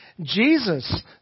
Jesus